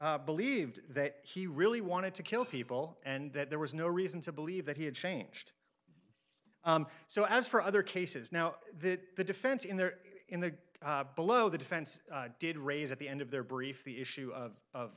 martinez believed that he really wanted to kill people and that there was no reason to believe that he had changed so as for other cases now that the defense in their in the below the defense did raise at the end of their brief the issue of o